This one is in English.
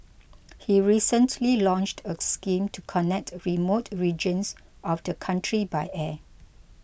he recently launched a scheme to connect remote regions of the country by air